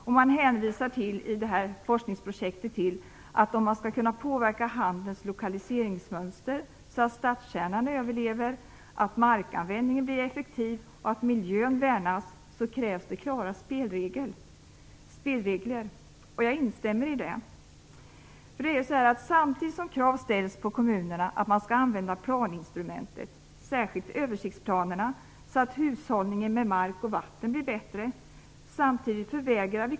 Man kom i forskningsprojektet fram till att det krävs klara spelregler när det gäller att påverka handelns lokaliseringsmönster så att stadskärnan överlever, markanvändningen blir effektiv och miljön värnas. Jag instämmer i detta. Krav ställs på kommunerna att använda planinstrumentet, särskilt översiktsplanerna, för att hushållningen med mark och vatten skall bli bättre.